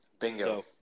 Bingo